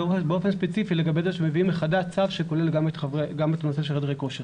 ובאופן ספציפי לגבי זה שמביאים צו מחדש שכולל גם את הנושא של חדרי כושר.